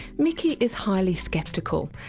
micki is highly sceptical.